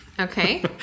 Okay